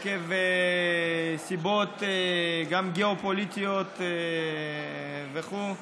גם מסיבות גיאופוליטיות וכו'.